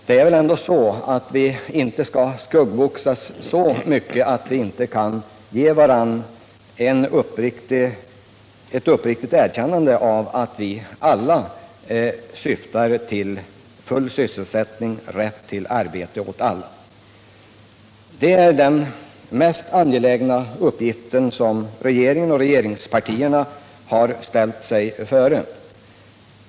Vi skall väl ändå inte skuggboxas så mycket att vi inte kan ge varandra ett uppriktigt erkännande av att vi alla syftar till full sysselsättning och rätt till arbete för alla. Det är den mest angelägna uppgiften som regeringen och regeringspartierna har ställt sig före.